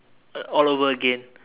all over again